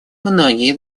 многие